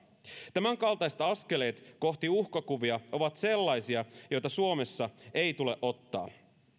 tämänkaltaiset askeleet kohti uhkakuvia ovat sellaisia joita suomessa ei tule ottaa